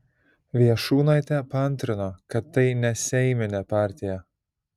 viešūnaitė paantrino kad tai neseiminė partija